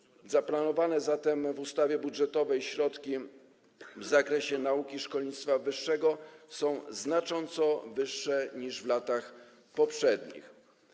Zaplanowane zatem w ustawie budżetowej środki w zakresie nauki i szkolnictwa wyższego są znacząco wyższe niż w latach poprzednich.